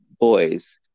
boys